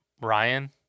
Ryan